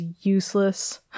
useless